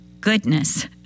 goodness